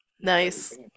nice